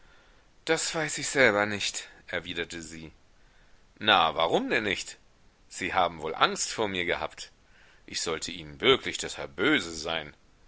das weiß ich selber nicht erwiderte sie na warum denn nicht sie haben wohl angst vor mir gehabt ich sollte ihnen wirklich deshalb böse sein